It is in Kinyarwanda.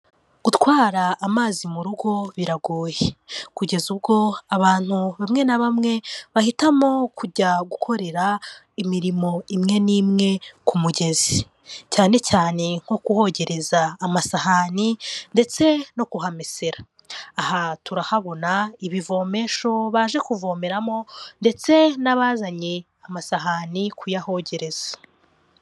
Gutwara amazi mu rugo biragoye kugeza ubwo abantu bamwe na bamwe bahitamo kujya gukorera imirimo imwe n'imwe ku mugezi, cyane cyane nko kuhogereza amasahani ndetse no kuhamesera, aha turahabona ibivomesho baje kuvomeramo ndetse n'abazanye amasahani kuyahogereza.